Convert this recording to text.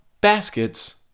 baskets